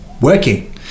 working